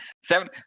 Seven